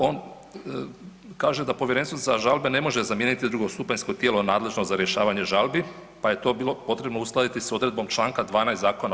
On kaže da povjerenstvo za žalbe ne može zamijeniti drugostupanjsko tijelo nadležno za rješavanje žalbi pa je to bilo potrebno uskladiti sa odredbom Članka 12.